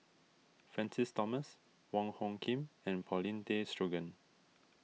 Francis Thomas Wong Hung Khim and Paulin Tay Straughan